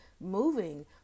moving